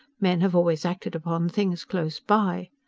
men have always acted upon things close by.